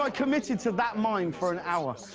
i committed to that mime for an hour.